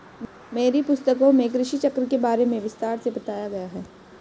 मेरी पुस्तकों में कृषि चक्र के बारे में विस्तार से बताया गया है